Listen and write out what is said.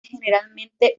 generalmente